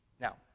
Now